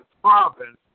province